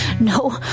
no